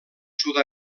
sud